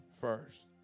first